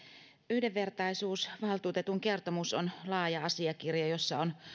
yhdenvertaisuusvaltuutetun kertomus on laaja asiakirja jossa on